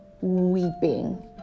weeping